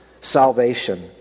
salvation